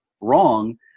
wrong